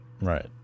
right